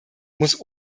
muss